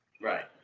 Right